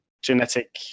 Genetic